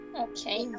Okay